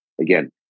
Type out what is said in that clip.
again